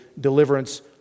deliverance